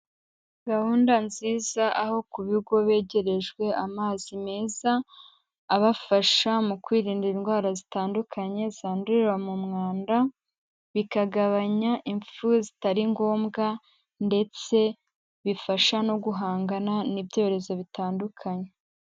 Gahunda nziza, aho ku bigo begerejwe amazi meza, abafasha mu kwirinda indwara zitandukanye, zandurira mu mwanda, bikagabanya imfu zitari ngombwa ndetse bifasha no guhangana n'ibyorezo bitandukanye.